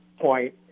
point